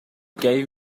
gave